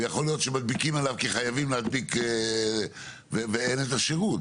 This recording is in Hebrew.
ויכול להיות שמדביקים עליו כי חייבים להדביק ואין את השירות?